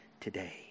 today